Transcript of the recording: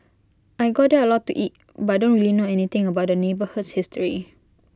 I go there A lot to eat but I don't really know anything about the neighbourhood's history